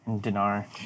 Dinar